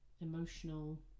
emotional